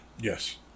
Yes